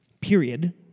period